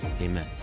amen